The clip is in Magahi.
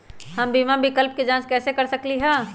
हम बीमा विकल्प के जाँच कैसे कर सकली ह?